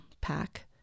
pack